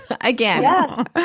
Again